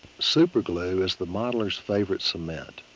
super glue is the modeler's favorite cement.